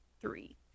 three